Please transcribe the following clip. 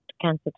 cancer